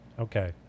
Okay